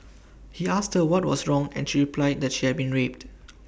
he asked her what was wrong and she replied that she had been raped